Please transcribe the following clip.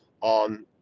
on